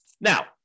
Now